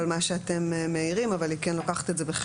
שאתם מעירים אבל היא כן לוקחת את זה בחשבון,